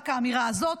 רק האמירה הזאת.